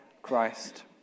Christ